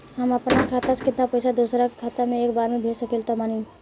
हम अपना खाता से केतना पैसा दोसरा के खाता मे एक बार मे भेज सकत बानी?